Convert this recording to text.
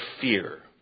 fear